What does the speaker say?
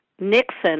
Nixon